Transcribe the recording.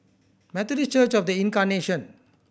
Methodist Church Of The Incarnation